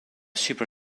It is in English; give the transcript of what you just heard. super